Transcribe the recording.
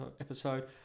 episode